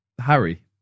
Harry